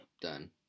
done